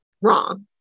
Wrong